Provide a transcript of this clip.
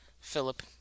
Philip